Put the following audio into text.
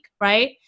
right